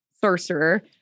Sorcerer